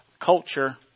culture